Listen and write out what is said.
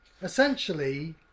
essentially